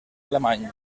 alemany